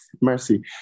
mercy